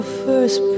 first